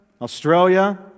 Australia